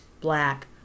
black